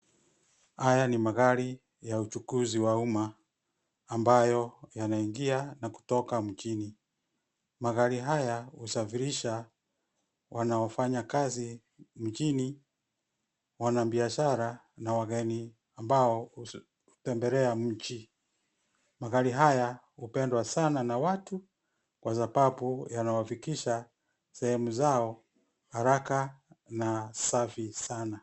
Haya ni magari ya uchukuzi wa umma ambayo yanaingia na kutoka mjini. Magari haya husafirisha wanaofanya kazi mjini, wanabiashara na wageni ambao hutembelea mji. Magari haya hupendwa sana na watu kwa sababu yanawafikisha sehemu zao haraka na safi sana.